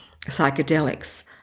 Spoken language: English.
psychedelics